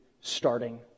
starting